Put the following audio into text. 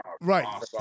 Right